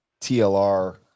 TLR